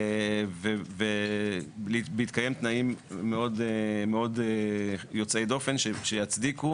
ובהתקיים תנאים מאוד יוצאי דופן שיצדיקו